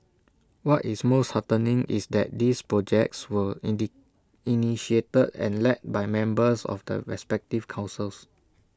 what is most heartening is that these projects were indeed initiated and led by members of the respective councils